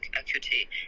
acuity